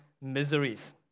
Miseries